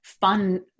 fun